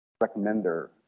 recommender